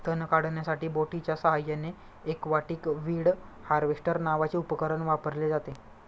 तण काढण्यासाठी बोटीच्या साहाय्याने एक्वाटिक वीड हार्वेस्टर नावाचे उपकरण वापरले जाते